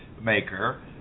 maker